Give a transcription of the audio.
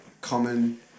common